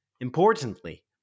importantly